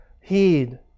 heed